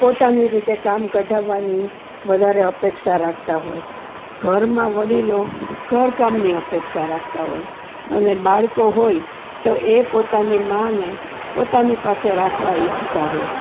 પોતાની રીતે કામ કઢાવવાની વધારે અપેક્ષા રાખતા હોય ઘરમાં વડીલો ઘરકામની અપેક્ષા રાખતા હોય અને બાળકો હોય તો એ પોતાની માને પોતાની પાસે રાખવા ઇચ્છતાં હોય